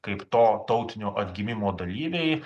kaip to tautinio atgimimo dalyviai